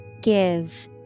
Give